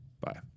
Bye